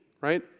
right